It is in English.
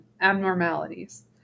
abnormalities